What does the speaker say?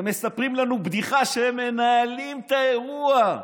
ומספרים לנו בדיחה שהם מנהלים את האירוע.